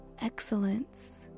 Excellence